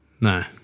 No